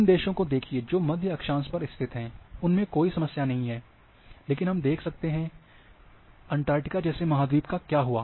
उन देशों को देखिए जो मध्य अक्षांश पर स्थित हैं उनमे कोई समस्या नहीं है लेकिन हम देख सकते हैं अंटार्कटिका जैसे महाद्वीप क्या हुआ